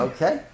Okay